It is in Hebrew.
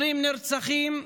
20 נרצחים,